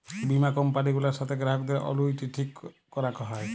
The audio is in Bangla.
বীমা কম্পালি গুলার সাথ গ্রাহকদের অলুইটি ঠিক ক্যরাক হ্যয়